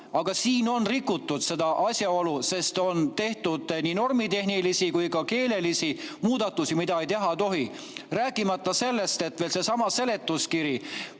Aga siin on rikutud seda asjaolu, et on tehtud nii normitehnilisi kui keelelisi muudatusi, mida teha ei tohi. Rääkimata sellest, et sellessamas seletuskirjas